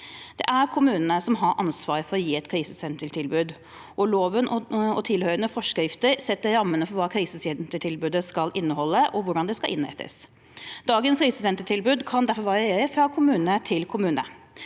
Det er kommunene som har ansvar for å gi et krisesentertilbud, og loven og tilhørende forskrifter setter rammene for hva krisesentertilbudet skal inneholde, og hvordan det skal innrettes. Dagens krisesentertilbud kan derfor variere fra kommune til kommune,